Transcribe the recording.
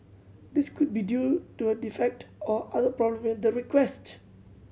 this could be due to a defect or other problem with the request